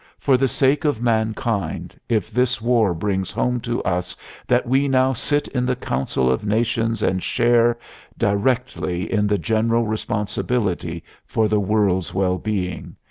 for the sake of mankind, if this war brings home to us that we now sit in the council of nations and share directly in the general responsibility for the world's well-being,